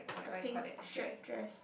a pink shirt dress